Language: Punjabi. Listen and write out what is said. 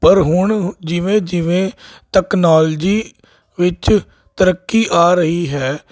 ਪਰ ਹੁਣ ਜਿਵੇਂ ਜਿਵੇਂ ਤਕਨੋਲਜੀ ਵਿੱਚ ਤਰੱਕੀ ਆ ਰਹੀ ਹੈ